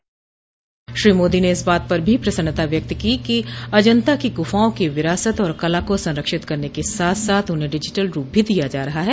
श्री मोदी ने इस बात पर भी प्रसन्नता व्यक्त की कि अजंता की गुफाओं की विरासत और कला को संरक्षित करने के साथ साथ उन्हें डिजिटल रूप भी दिया जा रहा है